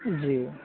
جی